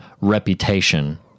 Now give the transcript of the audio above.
reputation